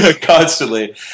Constantly